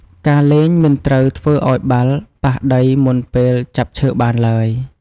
ការលេងមិនត្រូវធ្វើឲ្យបាល់ប៉ះដីមុនពេលចាប់ឈើបានទ្បើយ។